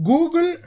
Google